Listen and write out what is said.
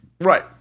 Right